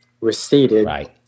receded